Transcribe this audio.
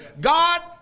God